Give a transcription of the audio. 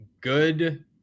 good